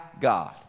God